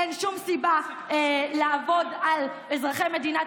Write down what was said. אין שום סיבה לעבוד על אזרחי מדינת